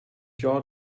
jaw